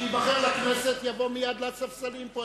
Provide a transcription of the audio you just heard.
שייבחר לכנסת ויבוא מייד לספסלים פה,